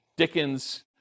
Dickens